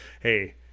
Hey